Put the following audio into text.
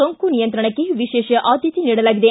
ಸೋಂಕು ನಿಯಂತ್ರಣಕ್ಕೆ ವಿಶೇಷ ಆದ್ದತೆ ನೀಡಲಾಗಿದೆ